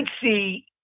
see